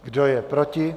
Kdo je proti?